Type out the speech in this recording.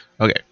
Okay